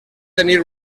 tenir